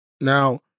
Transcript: Now